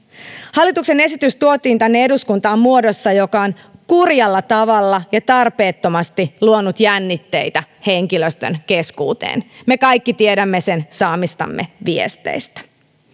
hallituksen esitys tuotiin tänne eduskuntaan muodossa joka on kurjalla tavalla ja tarpeettomasti luonut jännitteitä henkilöstön keskuuteen me kaikki tiedämme sen saamistamme viesteistä